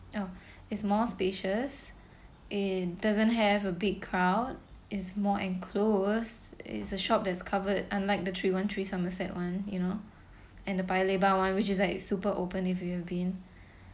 oh is more spacious it doesn't have a big crowd is more and close is a shop that is covered unlike the three one three somerset one you know and the Paya Lebar one which is like super open if you have been